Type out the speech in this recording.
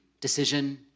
decision